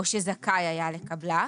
או שזכאי היה לקבלה,